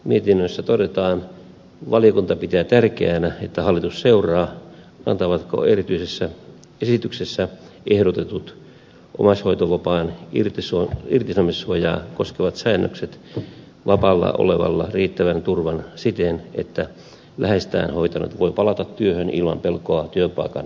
mietinnössä todetaan että valiokunta pitää tärkeänä että hallitus seuraa antavatko esityksessä ehdotetut omaishoitovapaan irtisanomissuojaa koskevat säännökset vapaalla olevalle riittävän turvan siten että läheistään hoitanut voi palata työhön ilman pelkoa työpaikan menettämisestä